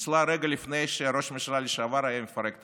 ניצלה רגע לפני שראש הממשלה לשעבר היה מפרק המדינה.